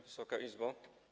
Wysoka Izbo!